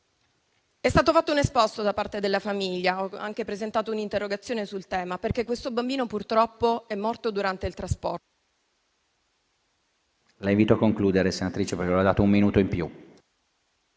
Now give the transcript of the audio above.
È stato fatto un esposto da parte della famiglia. Ho anche presentato un'interrogazione sul tema, perché questo bambino, purtroppo, è morto durante il trasporto.